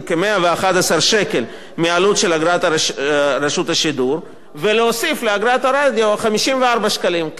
כ-111 שקל מהעלות של אגרת רשות השידור ולהוסיף לאגרת הרדיו 54 שקלים,